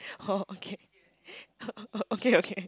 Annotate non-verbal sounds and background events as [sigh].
oh okay [laughs] okay okay